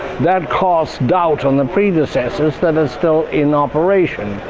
that casts doubt on the predecessors that are still in operation.